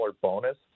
bonus